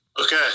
Okay